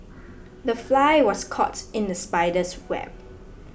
the fly was caught in the spider's web